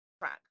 track